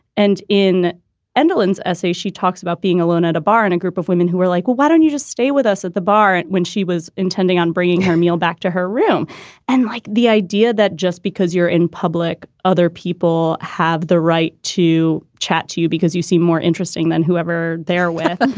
and in enderlin essay, she talks about being alone at a bar and a group of women who are like, well, why don't you just stay with us at the bar? and when she was intending on bringing her meal back to her room and like the idea that just because you're in public. other people have the right to chat to you because you seem more interesting than whoever they're with.